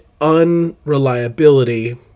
unreliability